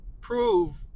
prove